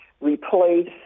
replace